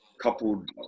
coupled